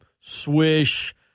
swish